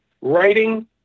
writing